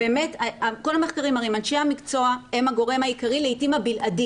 כל המחקרים מראים שאנשי המקצוע הם הגורם העיקרי לעתים הבלעדי,